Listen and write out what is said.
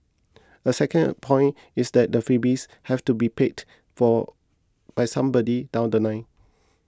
a second point is that the freebies have to be paid for by somebody down The Line